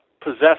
possess